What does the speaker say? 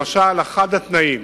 למשל, אחד התנאים